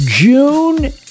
June